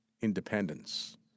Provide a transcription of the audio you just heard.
independence